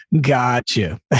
gotcha